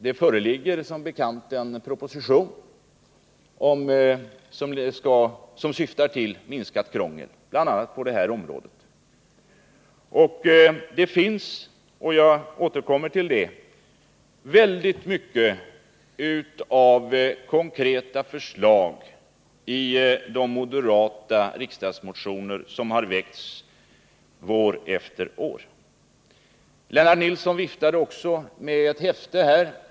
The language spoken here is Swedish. Det föreligger som bekant en proposition som syftar till minskat krångel bl.a. på det här området. Det finns - jag återkommer till det —- mycket av konkreta förslag i de moderata riksdagsmotioner som har väckts år efter år. Lennart Nilsson viftade med ett häfte.